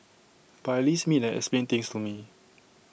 but at least meet and explain things to me